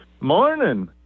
Morning